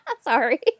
Sorry